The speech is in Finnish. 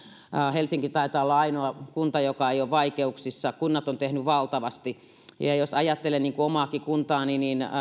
helsinki taitaa olla ainoa kunta joka ei ole vaikeuksissa kunnat ovat tehneet valtavasti ja jos ajattelen omaakin kuntaani niin